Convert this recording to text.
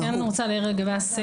אני כן רוצה להעיר לגבי הסיפה.